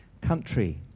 country